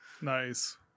Nice